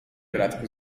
bratku